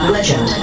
Legend